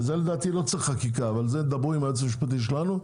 וזה לדעתי לא צריך חקיקה אבל זה תדברו עם היועץ המשפטי שלנו,